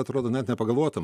atrodo net nepagalvotum